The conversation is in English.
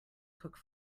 cook